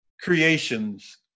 creations